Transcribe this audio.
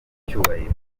cyubahiro